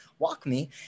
WalkMe